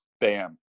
bam